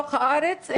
בתוך הארץ.